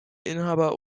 inhaber